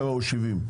67 או 70?